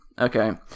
Okay